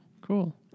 Cool